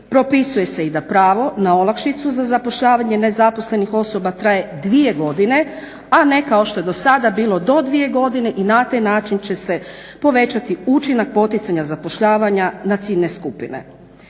Propisuje se i da pravo na olakšicu za zapošljavanje nezaposlenih osoba traje 2 godine, a ne kao što je do sada bilo do 2 godine i na taj način će se povećati učinak poticanja zapošljavanja na ciljne skupine.